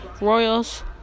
Royals